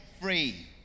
free